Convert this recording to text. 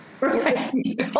Right